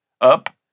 up